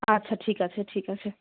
আচ্ছা ঠিক আছে ঠিক আছে